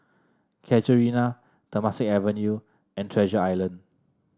Casuarina Temasek Avenue and Treasure Island